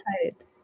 excited